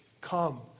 Come